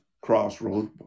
Crossroads